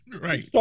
Right